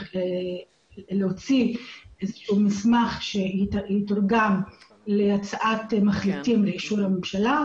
להוציא איזה שהוא מסמך שיתורגם להצעת מחליטים לאישור הממשלה,